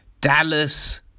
Dallas